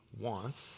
wants